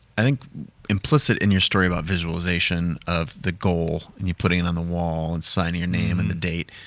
i think implicit in your story about visualization of the goal, and you putting it on the wall and signing your name and the date.